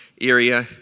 area